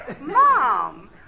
Mom